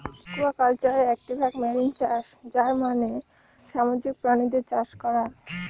একুয়াকালচারের একটি ভাগ মেরিন চাষ যার মানে সামুদ্রিক প্রাণীদের চাষ করা